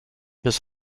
bis